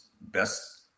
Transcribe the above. best